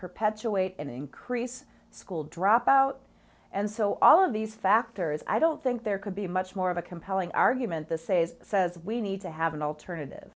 perpetuate and increase school dropout and so all of these factors i don't think there could be much more of a compelling argument the ses says we need to have an alternative